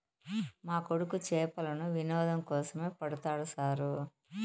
మా కొడుకు చేపలను వినోదం కోసమే పడతాడు సారూ